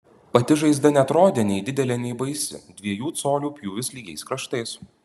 pati žaizda neatrodė nei didelė nei baisi dviejų colių pjūvis lygiais kraštais